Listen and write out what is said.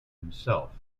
himself